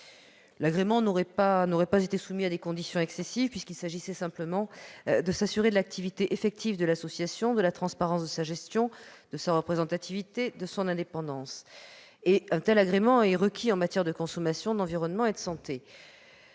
L'agrément n'aurait pas été soumis à des conditions excessives, puisqu'il s'agissait simplement de s'assurer de l'activité effective de l'association, de la transparence de sa gestion, de sa représentativité et de son indépendance. Au reste, un tel agrément est requis en matière de consommation, d'environnement et de santé.